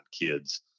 kids